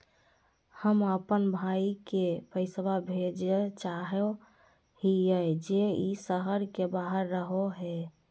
हम अप्पन भाई के पैसवा भेजल चाहो हिअइ जे ई शहर के बाहर रहो है